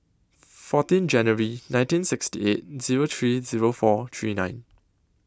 fourteen January nineteen sixty eight Zero three Zero four three nine